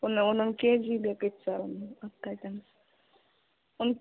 ಒನ್ನ ಒಂದೊಂದು ಕೆಜಿ ಬೇಕಿತ್ತು ಸರ್ ಒಂದು ಹತ್ತು ಐಟಮ್ ಒನ್